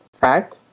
Fact